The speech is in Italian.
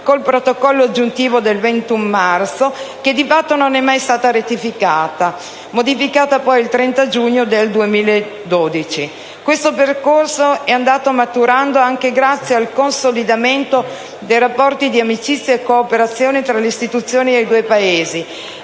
il Protocollo aggiuntivo del 21 marzo, di fatto mai ratificata, modificata il 13 giugno 2012. Questo percorso è andato maturando grazie al consolidamento dei rapporti di amicizia e cooperazione tra le istituzioni dei due Paesi,